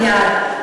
מייד.